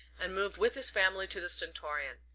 and move with his family to the stentorian.